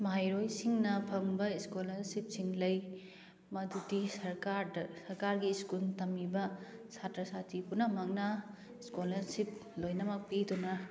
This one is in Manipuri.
ꯃꯍꯩꯔꯣꯏꯁꯤꯡꯅ ꯐꯪꯕ ꯏꯁꯀꯣꯂꯔꯁꯤꯞꯁꯤꯡ ꯂꯩ ꯃꯗꯨꯗꯤ ꯁꯔꯀꯥꯔꯗ ꯁꯔꯀꯥꯔꯒꯤ ꯁ꯭ꯀꯨꯜ ꯇꯝꯂꯤꯕ ꯁꯥꯇ꯭ꯔ ꯁꯥꯇ꯭ꯔꯤ ꯄꯨꯝꯅꯃꯛꯅ ꯏꯁꯀꯣꯂꯔꯁꯤꯞ ꯂꯣꯏꯅꯃꯛ ꯄꯤꯗꯨꯅ